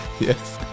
Yes